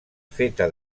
feta